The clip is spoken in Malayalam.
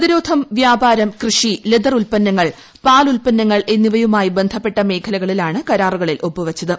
പ്രതിരോധം വ്യാപാരം കൃഷി തുകൽ ഉത്പന്നങ്ങൾ പാൽ ഉൽപ്പന്നങ്ങൾ എന്നിവയുമായി ബന്ധപ്പെട്ട മേഖലകളിലാണ് കരാറുകളിൽ ഒപ്പുവച്ചത്